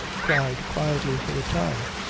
cried quietly for a time.